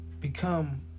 become